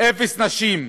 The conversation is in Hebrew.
אפס נשים,